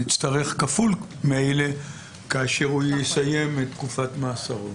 נצטרך כפול מאלה כאשר הוא יסיים את תקופת מאסרו.